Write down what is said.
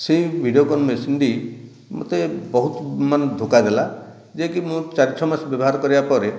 ସେ ଭିଡ଼ିଓକୋନ ମେସିନଟି ମୋତେ ବହୁତ ମାନେ ଧୋକା ଦେଲାଯେ କି ମୁଁ ଚାରି ଛଅ ମାସ ବ୍ୟବହାର କରିବା ପରେ